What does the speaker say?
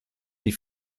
die